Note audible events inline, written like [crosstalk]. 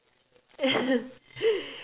[laughs]